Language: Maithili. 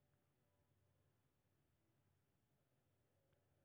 धान आ गहूम तैयारी लेल ई सबसं उपयुक्त होइ छै